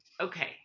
Okay